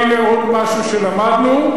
הנה, עוד משהו שלמדנו.